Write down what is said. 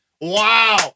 Wow